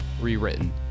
rewritten